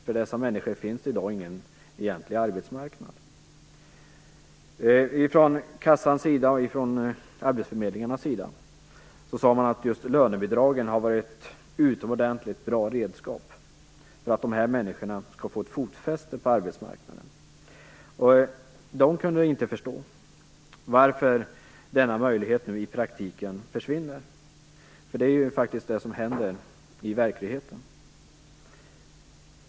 För dessa människor finns det i dag ingen egentlig arbetsmarknad. Från arbetsförmedlingarnas och försäkringskassans sida sade man att just lönebidragen har varit utomordentligt bra redskap för att dessa människor skall få fotfäste på arbetsmarknaden. Man kunde inte förstå varför denna möjlighet nu i praktiken försvinner, för det är faktiskt det som händer i verkligheten.